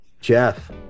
Jeff